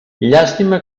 llàstima